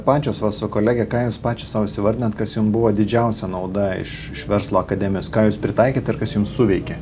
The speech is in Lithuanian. pačios va su kolege ką jūs pačios sau įsivardinat kas jum buvo didžiausia nauda iš iš verslo akademijos ką jūs pritaikėt ir kas jums suveikė